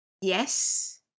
Yes